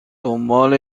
دنبال